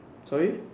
sorry